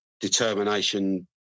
Determination